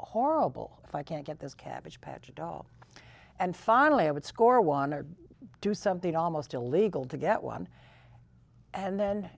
horrible if i can't get this cabbage patch doll and finally i would score one or do something almost illegal to get one and then